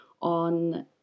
on